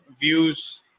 views